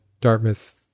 Dartmouth